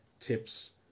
TIPs